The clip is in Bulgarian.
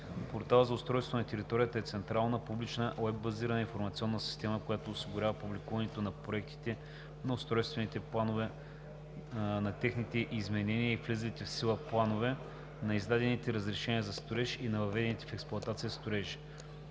Порталът за устройството на територията е централна, публична уеб-базирана информационна система, която осигурява публикуването на проектите на устройствените планове, на техните изменения и влезлите в сила планове, на издадените разрешения за строеж и на въведените в експлоатация строежи.